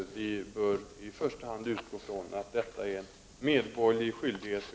Vi bör i första hand utgå från att detta är en medborgerlig skyldighet.